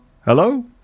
hello